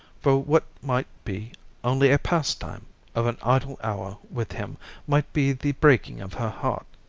for what might be only a pastime of an idle hour with him might be the breaking of her heart.